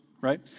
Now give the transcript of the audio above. right